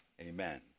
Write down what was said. amen